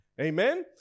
Amen